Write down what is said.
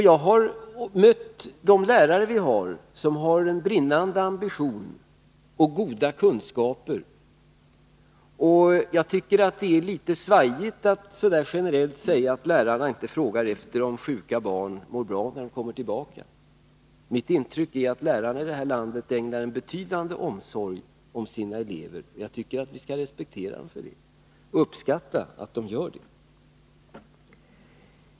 Jag har mött lärare med en brinnande ambition och goda kunskaper. Och jag tycker att det är litet ”svajigt” av Inga Lantz att generellt säga att lärarna inte frågar om barn som varit sjuka mår bra när de kommer tillbaka till skolan. Mitt intryck är att lärarna i detta land ägnar betydande omsorg åt sina elever. Vi skall respektera och uppskatta dem för att de gör det.